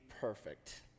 perfect